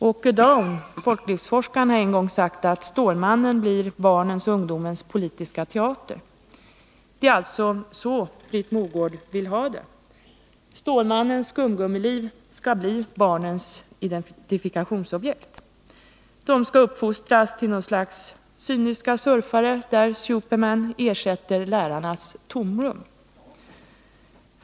Åke Daun, folklivsforskaren, har en gång sagt att Stålmannen blir barnens och ungdomens politiska teater. Det är alltså så Britt Mogård vill ha det. Stålmannens skumgummiliv skall bli barnens identifikationsobjekt. De skall uppfostras till något slags cyniska surfare med en superman som fyller lärarnas tomrum.